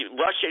Russia